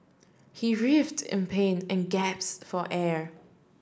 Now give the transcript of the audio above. he writhed in pain and gasped for air